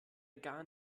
gar